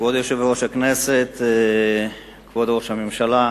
כבוד היושב-ראש, כבוד ראש הממשלה,